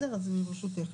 אז ברשותך.